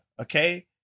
okay